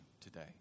today